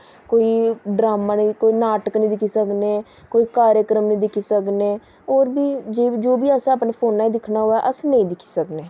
कोई ड्रामा नेईं कोई नाटक नेईं दिक्खी सकनें कोई कार्यकर्म नेईं दिक्खी सकनें होर बी जो बी अस अपने फोनै च दिक्खना होऐअस नेईं दिक्खी सकनें